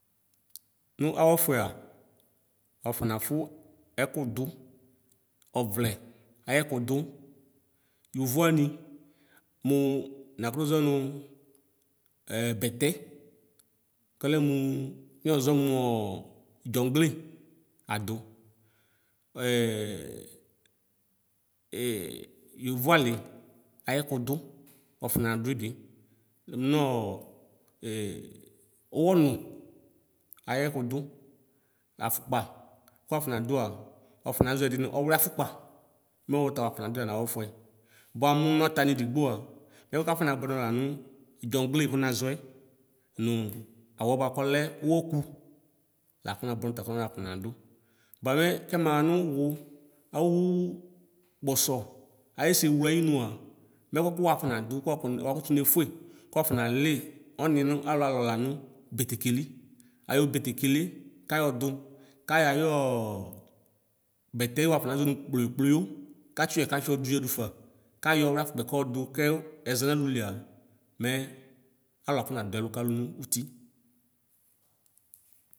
Nʋ awɛfʋɛa wafɔ nafʋ ɛkʋ dʋ ɔvlɛ ayɛkʋdʋ yovo wani nʋ nakʋtʋ zɔnʋ bɛtɛ kɔlɛ mʋ nuyɔzɔ mʋɔ dzɔgle adʋ yovo ali ayɛkʋdʋ wafɔna dui bi nɔ ʋwɔni ayɛkʋdʋ afʋkpa kʋ wafɔnadua wafɔ na zɔ ɛdi nʋ ɔwliafʋkpa mɛ wʋta wafɔ nadʋ ii na wɛfuɛ bʋa mʋ nɔta anidigboa ɛkʋɛ kafɔnabʋɛ nɔ lalanʋ dzɔgle kʋ nazɔɛ nʋ awʋɛ bʋakʋ ɔlɛ ɔwɔkʋ lakʋ napɔ nadʋ bʋamɛ kɛmaxa nʋ wʋ awʋ kpɔsɔ axɛsɛ wle anyinʋa mɛ ɛkʋ wakʋ nadʋ wakʋtʋ nefʋe kʋ wafɔ nali ɔni nʋ alʋ alɔ lanʋ betekeli ayʋ betekelie kayɔ dʋ kayɔ ayʋɔ bɛta wafɔna zɔnʋ kployo kployo katsi yɔɛ katsi yɔdʋ yadʋfa kayɔ ayafʋkpɛ kayɔ dʋ kew ɛza nalʋlia mɛ alʋ afɔna dʋ ɛlʋ kalʋ nʋti.